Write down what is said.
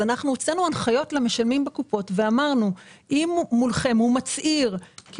הוצאנו הנחיות למשלמים בקופות ואמרנו שאם מולכם הוא מצהיר גם